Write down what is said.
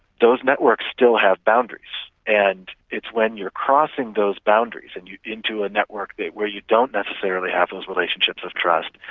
those networks still have boundaries, and it's when you're crossing those boundaries and you're into a network where you don't necessarily have those relationships of trust,